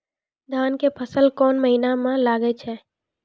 धान के फसल कोन महिना म लागे छै?